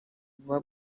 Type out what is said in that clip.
buba